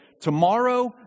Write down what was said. tomorrow